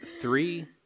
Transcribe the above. three